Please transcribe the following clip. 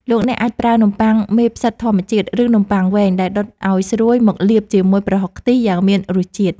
លោកអ្នកអាចប្រើនំប៉័ងមេផ្សិតធម្មជាតិ ឬនំប៉័ងវែង ដែលដុតឱ្យស្រួយមកលាបជាមួយប្រហុកខ្ទិះយ៉ាងមានរសជាតិ។